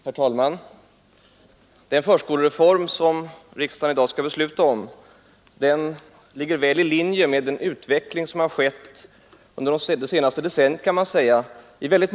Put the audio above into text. Herr talman! Den förskolereform som riksdagen i dag skall besluta om ligger väl i linje med den utveckling som har ägt rum under det senaste decenniet i många länder.